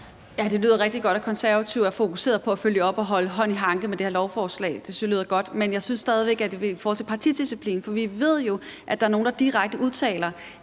Det lyder rigtig godt, at Konservative er fokuseret på at følge op på og holde hånd i hanke med det her lovforslag. Det synes jeg lyder godt. Men jeg synes stadig væk, at der er noget i forhold til det med partidisciplinen. For vi ved jo, at der er nogle, der direkte udtaler,